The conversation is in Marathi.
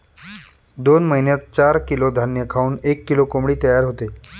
दोन महिन्यात चार किलो धान्य खाऊन एक किलो कोंबडी तयार होते